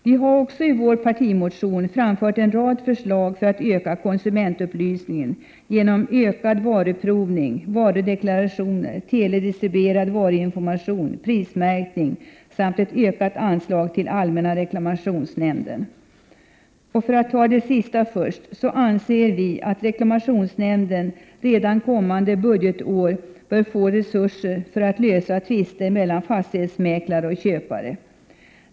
Vi har också i vår partimotion framfört en rad förslag för att öka konsumentupplysningen genom ökad varuprovning, varudeklarationer, teledistribuerad varuinformation, prismärkning samt ett ökat anslag till allmänna reklamationsnämnden. För att ta det sista först vill jag säga att vi anser att allmänna reklamationsnämnden redan kommande budgetår bör få resurser för att lösa tvister mellan fastighetsmäklare och köpare.